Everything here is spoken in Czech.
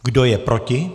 Kdo je proti?